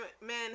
men